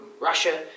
Russia